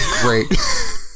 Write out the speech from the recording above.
great